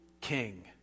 king